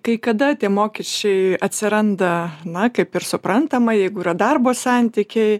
kai kada tie mokesčiai atsiranda na kaip ir suprantama jeigu yra darbo santykiai